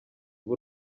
b’u